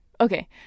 Okay